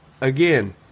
again